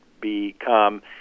become